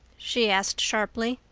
she asked sharply.